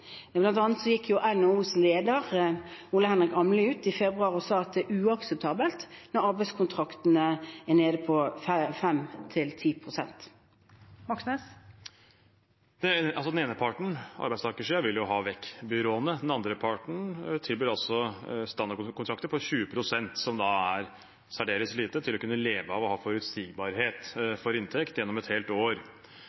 ut og sa at det er uakseptabelt med arbeidskontrakter ned på 5–10 pst. Den ene parten, arbeidstakersiden, vil ha vekk byråene. Den andre parten tilbyr standardkontrakter på 20 pst., som er særdeles lite for å kunne leve av det og for å ha forutsigbarhet